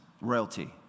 royalty